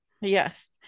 yes